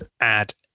add